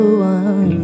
one